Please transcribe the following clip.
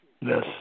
Yes